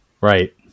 right